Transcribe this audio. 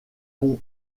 pons